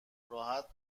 راحت